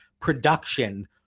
production